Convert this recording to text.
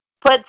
put